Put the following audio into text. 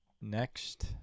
next